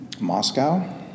Moscow